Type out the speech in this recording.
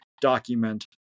document